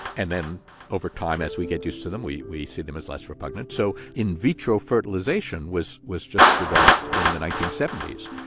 and then over time, as we get used to them, we we see them as less repugnant. so in vitro fertilization was was just developed in the nineteen seventy s.